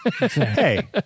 Hey